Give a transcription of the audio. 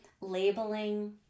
labeling